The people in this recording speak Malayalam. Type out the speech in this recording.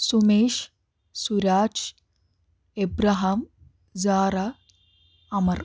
സുമേഷ് സുരാജ് എബ്രഹാം സാറാ അമർ